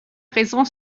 raison